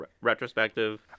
retrospective